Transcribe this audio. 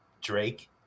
Drake